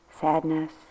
sadness